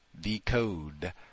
decode